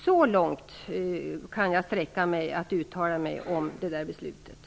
Så långt kan jag sträcka mig i att uttala mig om det beslut vi nu diskuterar.